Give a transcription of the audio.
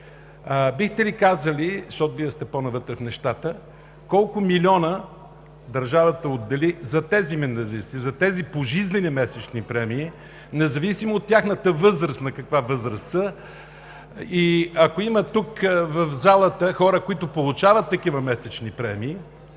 Бихте ли казали, защото Вие сте по-навътре в нещата – колко милиона държавата отдели за тези медалисти, за тези пожизнени месечни премии, независимо от тяхната възраст? И ако има в залата хора, които получават такива месечни